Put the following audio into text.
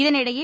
இதனிடையே